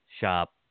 shop